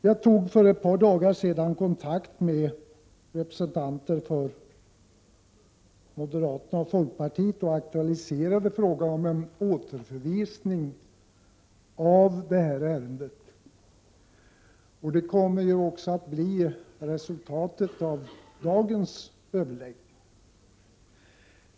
Jag tog för ett par dagar sedan kontakt med representanter för moderaterna och folkpartiet och aktualiserade frågan om en återförvisning av ärendet. Det kommer också att bli resultatet av dagens överläggningar.